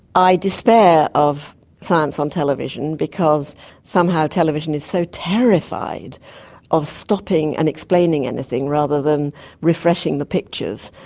i despair of science on television because somehow television is so terrified of stopping and explaining anything rather than refreshing the pictures,